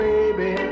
baby